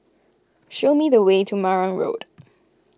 show me the way to Marang Road